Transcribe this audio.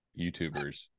YouTubers